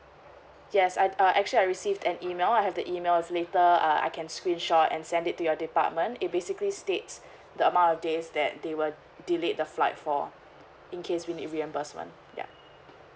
yes uh actually I received an email I have the emails later uh I can screenshot and send it to your department it basically states the amount of days that they will delayed the flight for in case we need reimbursement ya